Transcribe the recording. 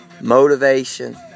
motivation